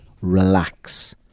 relax